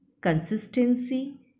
consistency